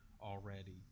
already